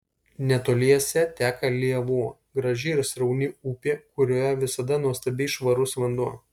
netoliese teka lėvuo graži ir srauni upė kurioje visada nuostabiai švarus vanduo